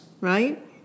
right